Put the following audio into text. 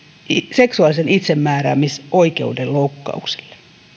seksuaalisen itsemääräämisoikeuden loukkaukselle